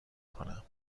کنم